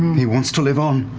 he wants to live on.